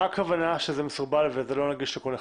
מה הכוונה שזה מסורבל וזה לא נגיש לכל אחד?